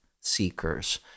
seekers